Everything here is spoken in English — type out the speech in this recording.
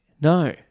No